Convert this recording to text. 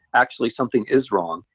actually something is wrong,